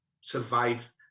survive